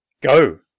Go